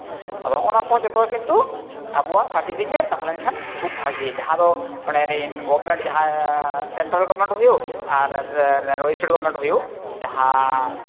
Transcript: ᱟᱫᱚ ᱱᱚᱜᱼᱚ ᱱᱚᱣᱟ ᱠᱚ ᱡᱚᱛᱚᱜᱮ ᱠᱤᱱᱛᱩ ᱟᱵᱚᱣᱟᱜ ᱥᱟᱨᱴᱤᱯᱷᱤᱠᱮᱴ ᱛᱟᱦᱮᱸ ᱞᱮᱱᱠᱷᱟᱱ ᱠᱷᱩᱵᱽ ᱵᱷᱟᱜᱮᱭᱟ ᱡᱟᱦᱟᱸ ᱫᱚ ᱜᱚᱵᱷᱢᱮᱱᱴ ᱡᱟᱦᱟᱸ ᱥᱮᱱᱴᱨᱟᱞ ᱜᱚᱵᱷᱢᱮᱱᱴ ᱮ ᱦᱩᱭᱩᱜ ᱟᱨ ᱮᱥᱴᱮᱴ ᱜᱚᱵᱷᱢᱮᱱᱴ ᱮ ᱦᱩᱭᱩᱜ ᱡᱟᱦᱟᱸ